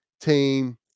team